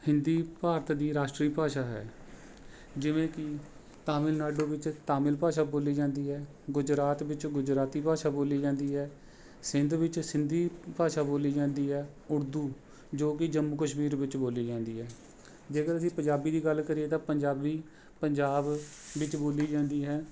ਹਿੰਦੀ ਭਾਰਤ ਦੀ ਰਾਸ਼ਟਰੀ ਭਾਸ਼ਾ ਹੈ ਜਿਵੇਂ ਕਿ ਤਾਮਿਲਨਾਡੂ ਵਿੱਚ ਤਾਮਿਲ ਭਾਸ਼ਾ ਬੋਲੀ ਜਾਂਦੀ ਹੈ ਗੁਜਰਾਤ ਵਿੱਚ ਗੁਜਰਾਤੀ ਭਾਸ਼ਾ ਬੋਲੀ ਜਾਂਦੀ ਹੈ ਸਿੰਧ ਵਿੱਚ ਸਿੰਧੀ ਭਾਸ਼ਾ ਬੋਲੀ ਜਾਂਦੀ ਹੈ ਉਰਦੂ ਜੋ ਕਿ ਜੰਮੂ ਕਸ਼ਮੀਰ ਵਿੱਚ ਬੋਲੀ ਜਾਂਦੀ ਹੈ ਜੇਕਰ ਅਸੀਂ ਪੰਜਾਬੀ ਦੀ ਗੱਲ ਕਰੀਏ ਤਾਂ ਪੰਜਾਬੀ ਪੰਜਾਬ ਵਿੱਚ ਬੋਲੀ ਜਾਂਦੀ ਹੈ